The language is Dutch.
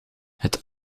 het